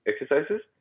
exercises